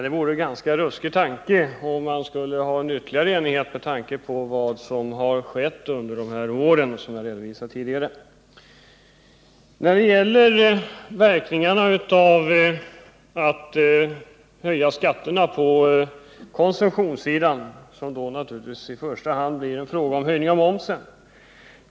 Det vore en ganska ruskig tanke, att man skulle ha en större enighet än den vi har i dag, om man beaktar det som skett under dessa år på det här området och som jag tidigare redovisat. När det gäller verkningarna av en skattehöjning på konsumtionssidan, så kommer de i första hand att ta sig uttryck i en höjning av momsen.